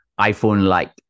iPhone-like